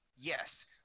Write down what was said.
Yes